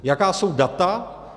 Jaká jsou data?